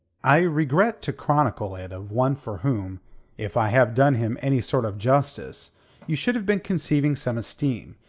i regret to chronicle it of one for whom if i have done him any sort of justice you should have been conceiving some esteem.